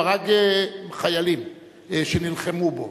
הוא הרג חיילים שנלחמו בו,